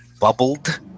bubbled